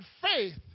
faith